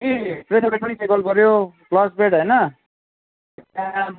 clause plate होइन त्यहाँ